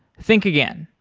think again.